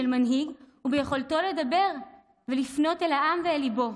של מנהיג הוא ביכולתו לדבר ולפנות אל העם ואל ליבו.